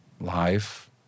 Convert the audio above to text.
life